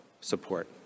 support